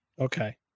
Okay